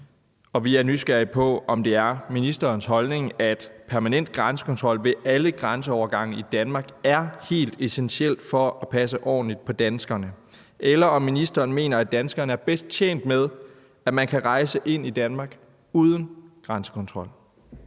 og vi er nysgerrige på, om det er ministerens holdning, at permanent grænsekontrol ved alle grænseovergange i Danmark er helt essentielt for at passe ordentligt på danskerne, eller om ministeren mener, at danskerne er bedst tjent med, at man kan rejse ind i Danmark uden grænsekontrol.